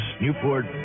Newport